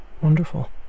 wonderful